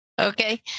okay